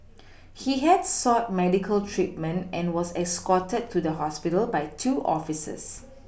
he had sought medical treatment and was escorted to the hospital by two officers